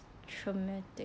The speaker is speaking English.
traumatic